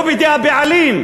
לא בידי הבעלים,